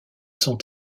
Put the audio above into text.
sont